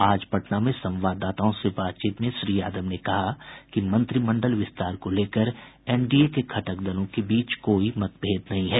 आज पटना में संवाददाताओं से बातचीत में श्री यादव ने कहा कि मंत्रिमंडल विस्तार को लेकर एनडीए के घटक दलों के बीच कोई मतभेद नहीं है